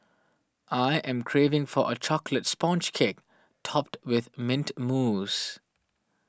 I am craving for a Chocolate Sponge Cake Topped with Mint Mousse